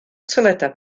toiledau